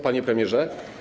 Panie Premierze!